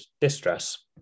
distress